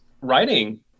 writing